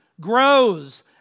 grows